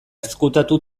ezkutatu